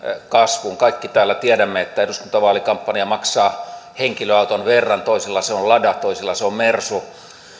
kasvuun kaikki täällä tiedämme että eduskuntavaalikampanja maksaa henkilöauton verran toisilla se on lada toisilla se on mersu